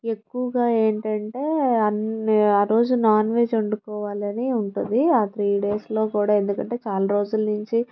ఎక్కువగా ఏంటంటే అన్నీ ఆ రోజు నాన్ వెజ్ వండుకోవాలని ఉంటుంది ఆ త్రీ డేస్లో కూడా ఎందుకంటే చాలా రోజుల నుంచి